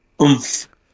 oomph